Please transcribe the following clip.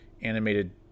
animated